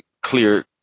clear